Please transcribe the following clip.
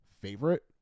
favorite